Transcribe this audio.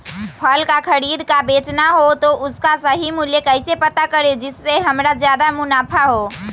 फल का खरीद का बेचना हो तो उसका सही मूल्य कैसे पता करें जिससे हमारा ज्याद मुनाफा हो?